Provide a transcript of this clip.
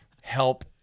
help